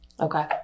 Okay